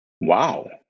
wow